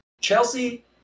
Chelsea